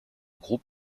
group